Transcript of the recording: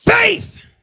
faith